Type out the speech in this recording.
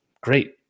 Great